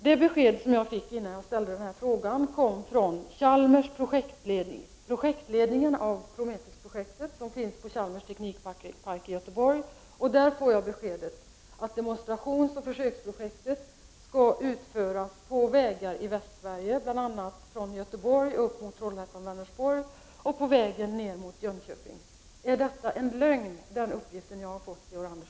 Det besked som jag fick innan jag ställde denna fråga från ledningen av Prometheusprojektet, som finns på Chalmers teknikpark i Göteborg, var att demonstrationsoch försöksprojekt skall utföras på vägar i Västsverige, bl.a. från Göteborg upp mot Trollhättan och Vänersborg och på vägar ner mot Jönköping. Är denna uppgift en lögn, Georg Andersson?